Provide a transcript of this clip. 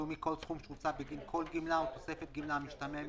לאומי כל סכום שהוצא בגין כל גמלה או תוספת גמלה המשתלמת